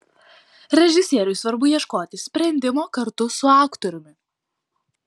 režisieriui svarbu ieškoti sprendimo kartu su aktoriumi